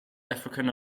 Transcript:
african